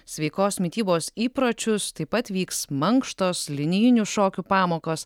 sveikos mitybos įpročius taip pat vyks mankštos linijinių šokių pamokos